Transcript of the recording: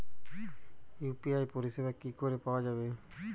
UPI পরিষেবা কি করে পাওয়া যাবে?